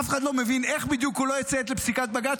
אף אחד לא מבין איך בדיוק הוא לא יציית לפסיקת בג"ץ,